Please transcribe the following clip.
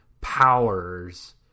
powers